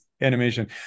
animation